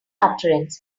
utterance